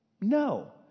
No